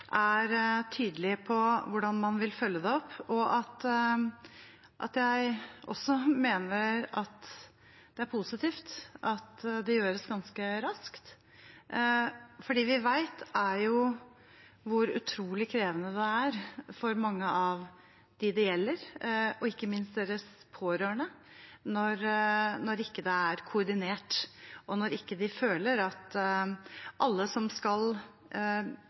det gjøres ganske raskt. Vi vet hvor utrolig krevende det er for mange av dem det gjelder – ikke minst de pårørende – når det ikke er koordinert, og når man ikke føler at alle som skal